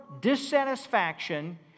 dissatisfaction